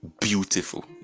beautiful